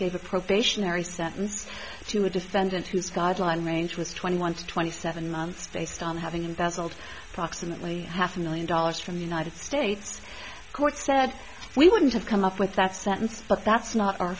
gave a probationary sentence to a defendant whose guideline range was twenty one to twenty seven months based on having embezzled approximately half a million dollars from the united states court said we wouldn't have come up with that sentence but that's not our